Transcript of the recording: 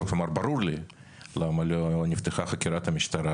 כלומר ברור לי למה לא נפתחה חקירת משטרה,